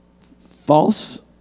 False